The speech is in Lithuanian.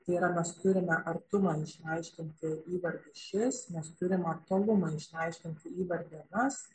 tai yra mes turime artumą išreiškiantį įvardį šis mes turime tolumą išsiaiškinti įvardį anas